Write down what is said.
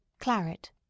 Claret